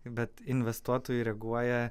bet investuotojai reaguoja